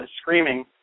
screaming